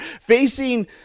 facing